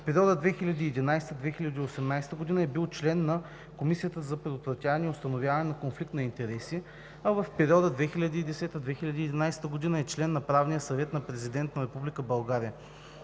в периода 2011 – 2018 г. е бил член на Комисията за предотвратяване и установяване на конфликт на интереси, а в периода 2010 – 2011 г. е член на Правния съвет на Президента на Република България.